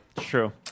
True